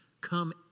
Come